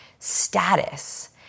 Status